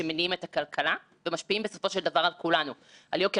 דרכה של הוועדה הייתה רצופת קשיים ומהמורות מן ההתחלה,